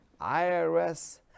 IRS